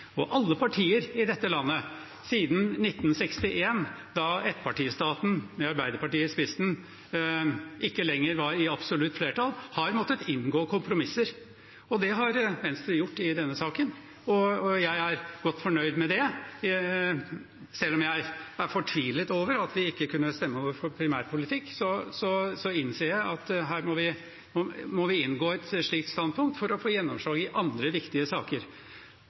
Alle partier i dette landet – siden 1961, da ettpartistaten med Arbeiderpartiet i spissen ikke lenger var i absolutt flertall – har måttet inngå kompromisser. Og det har Venstre gjort i denne saken, og jeg er godt fornøyd med det. Selv om jeg er fortvilet over at vi ikke kunne stemme for vår primærpolitikk, innser jeg at her må vi ta et slikt standpunkt for å få gjennomslag i andre viktige saker.